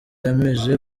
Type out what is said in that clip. yemeje